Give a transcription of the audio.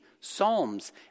psalms